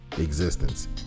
existence